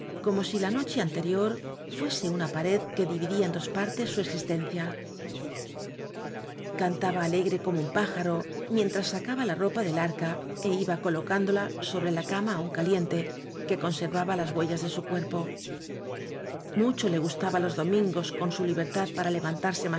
como si la noche anterior fuese una pared que dividía en dos partes su existencia cantaba alegre como un pájaro mientras sacaba la ropa del arca é iba colocándola sobre la cama aún caliente que conservaba las hue llas de su cuerpo mucho le gustaba los domingos con su libertad para levantarse